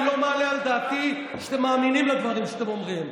אני לא מעלה על דעתי שאתם מאמינים לדברים שאתם אומרים.